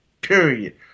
Period